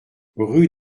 rue